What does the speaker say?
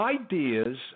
ideas